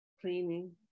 cleaning